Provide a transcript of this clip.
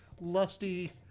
lusty